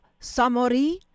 Samori